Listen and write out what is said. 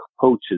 coaches